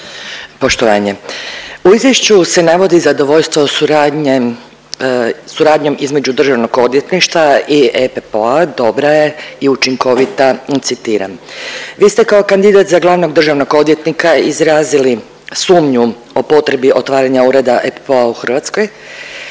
Poštovanje. U izvješću se navodi zadovoljstvo suradnjom između državnog odvjetništva i EPPO-a „dobra je i učinkovita“ citiram. Vi ste kao kandidata za glavnog državnog odvjetnika izrazili sumnju o potrebi otvaranja Ureda EPPO-a u Hrvatskoj